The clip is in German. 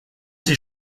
sie